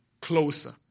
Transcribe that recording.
closer